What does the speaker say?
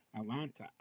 Atlanta